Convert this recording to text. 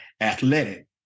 athletic